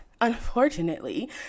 unfortunately